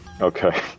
Okay